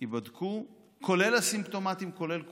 כולל הסימפטומטיים, כולל כולם.